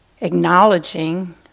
acknowledging